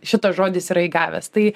šitas žodis yra įgavęs tai